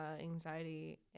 anxiety